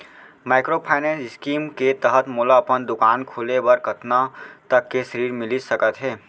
Microfinance scheme के तहत मोला अपन दुकान खोले बर कतना तक के ऋण मिलिस सकत हे?